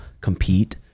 compete